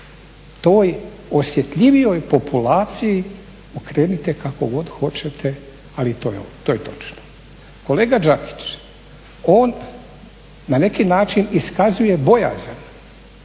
toj osjetljivijoj populaciji, okrenite kako god hoćete, ali to je točno. Kolega Đakić, on na neki način iskazuje bojazan